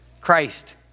Christ